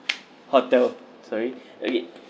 hotel sorry okay